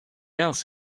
else